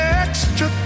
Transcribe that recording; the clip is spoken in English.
extra